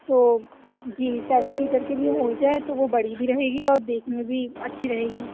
تو جی seven seater کے لیے ہو جائے تو وہ بڑی بھی رہے گی اور دیکھنے میں بھی اچھی رہے گی